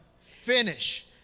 Finish